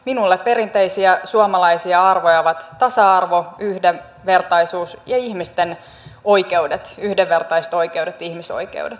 minulle perinteisiä suomalaisia arvoja ovat tasa arvo yhdenvertaisuus ja ihmisten oikeudet yhdenvertaiset oikeudet ihmisoikeudet